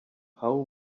how